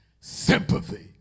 sympathy